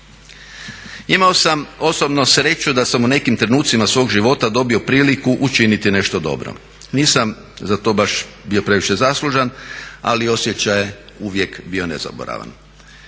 Imao sam osobno sreću da sam u nekim trenucima svog života dobio priliku učiniti nešto dobro. Nisam za to baš bio previše zaslužan ali osjećaj je uvijek bio nezaboravan.